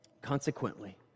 Consequently